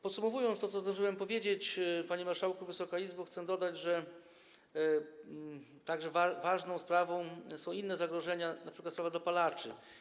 Podsumowując to, co zdążyłem powiedzieć, panie marszałku, Wysoka Izbo, chcę dodać, że także ważną sprawą są inne zagrożenia, np. sprawa dopalaczy.